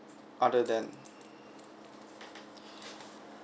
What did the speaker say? other than